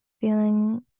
feeling